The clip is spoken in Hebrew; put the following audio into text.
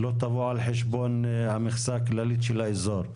לא תבוא על חשבון המכסה הכללית של האזור.